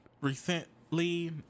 recently